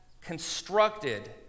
constructed